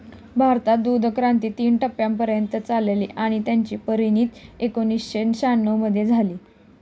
भारतात दूधक्रांती तीन टप्प्यांपर्यंत चालली आणि त्याची परिणती एकोणीसशे शहाण्णव मध्ये झाली